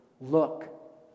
look